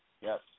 Yes